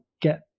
get